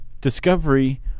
Discovery